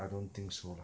I don't think so lah